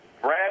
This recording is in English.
Brad